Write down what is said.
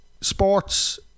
sports